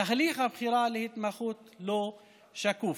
תהליך הבחירה להתמחות לא שקוף.